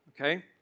Okay